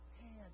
hand